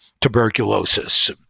tuberculosis